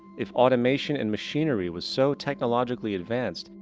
if automation and machinery was so technologically advanced,